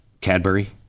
Cadbury